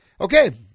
Okay